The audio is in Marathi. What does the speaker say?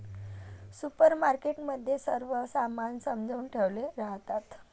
सुपरमार्केट मध्ये सर्व सामान सजवुन ठेवले राहतात